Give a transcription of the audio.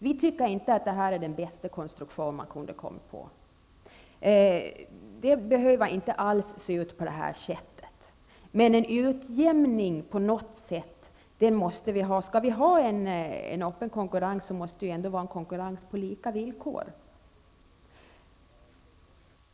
Vi tycker inte att det här är den bästa konstruktion man kunde komma på. Det behöver inte alls se ut på det här sättet, men en utjämning av något slag måste vi ha. Skall det vara en öppen marknad måste det även vara en konkurrens på lika villkor.